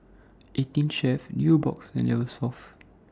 eighteen Chef Nubox and Eversoft